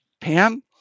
Pam